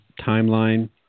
timeline